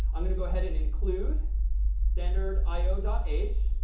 i'm going to go ahead and include standard i o dot h.